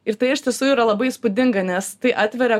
ir tai iš tiesų yra labai įspūdinga nes tai atveria